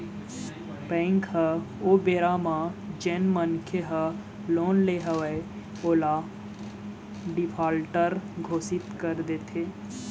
bank ह ओ बेरा म जेन मनखे ह लोन ले हवय ओला डिफाल्टर घोसित कर देथे